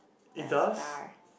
like a star